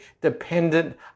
dependent